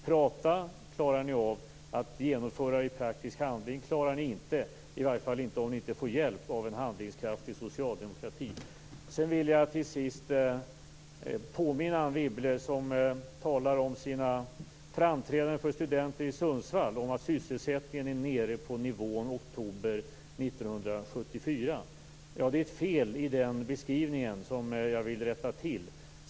Prata klarar ni av; att genomföra i praktisk handling klarar ni inte, i varje fall inte om ni inte får hjälp av en handlingskraftig socialdemokrati. Till sist: Anne Wibble talar om sina framträdanden inför studenter i Sundsvall, där hon säger att sysselsättningen är nere på samma nivå som i oktober 1974. Det är ett fel i den beskrivningen som jag vill rätta till.